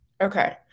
Okay